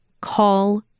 Call